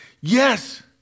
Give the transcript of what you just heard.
Yes